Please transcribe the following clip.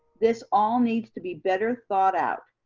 this all needs to be better thought out.